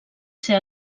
ser